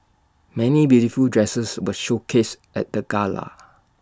many beautiful dresses were showcased at the gala